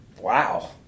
wow